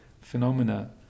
phenomena